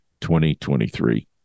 2023